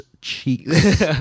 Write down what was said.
cheeks